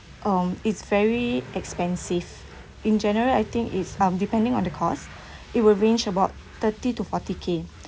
um it's very expensive in general I think it's um depending on the course it will range about thirty to forty K